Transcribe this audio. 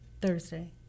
Thursday